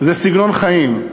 זה סגנון חיים,